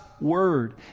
Word